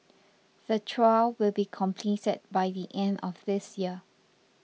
the trial will be completed by the end of this year